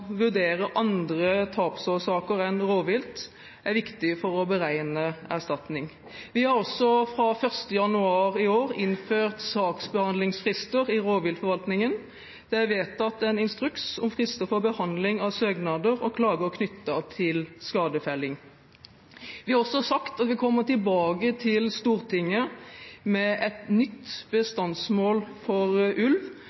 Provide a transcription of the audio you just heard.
viktig for å beregne erstatning. Vi har også fra 1. januar i år innført saksbehandlingsfrister i rovviltforvaltningen. Det er vedtatt en instruks om frister for behandling av søknader og klager knyttet til skadefelling. Vi har også sagt at vi kommer tilbake til Stortinget med et nytt